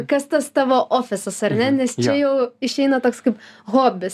kas tas tavo ofisas ar ne nes čia jau išeina toks kaip hobis